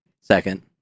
second